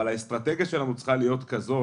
אבל האסטרטגיה שלנו צריכה להיות כזאת,